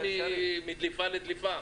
להבנתנו זה אות שאיננה נדרשת.